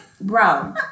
Bro